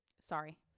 Sorry